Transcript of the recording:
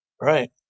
Right